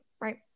right